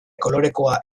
kolorekoa